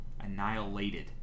Annihilated